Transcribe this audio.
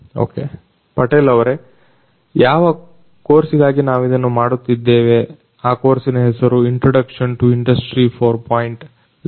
okay Patel ಅವರೆ ಯಾವ ಕೋರ್ಸಿಗಾಗಿ ನಾವಿದನ್ನ ಮಾಡುತ್ತಿದ್ದೇವೆ ಆ ಕೋರ್ಸಿನ ಹೆಸರು ಇಂಟ್ರಡಕ್ಷನ್ ಟು ಇಂಡಸ್ಟ್ರಿ 4